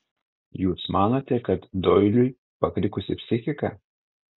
jūs manote kad doiliui pakrikusi psichika